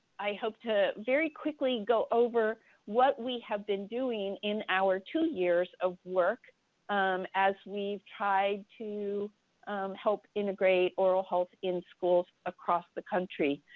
i hope to very quickly go over what we have been doing in our two years of work um as we've tried to help integrate oral health in schools across the country.